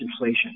inflation